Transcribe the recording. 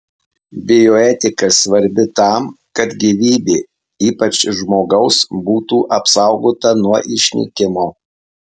bioetika svarbi tam kad gyvybė ypač žmogaus būtų apsaugota nuo išnykimo